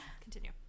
Continue